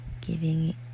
giving